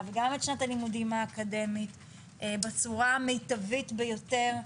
וגם את שנת הלימודים האקדמית בצורה המיטבית ביותר.